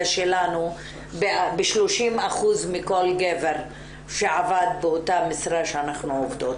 שלנו ב-30% מכל גבר שעבד באותה משרה שאנחנו עובדות,